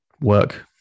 work